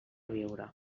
viure